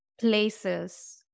places